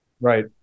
Right